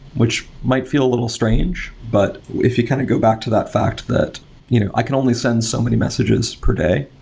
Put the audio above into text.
which might feel a little strange. but if kind of go back to that fact that you know i can only send somebody messages per day,